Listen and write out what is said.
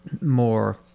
more